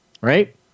right